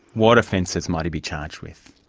what offences might he be charged with?